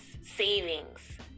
savings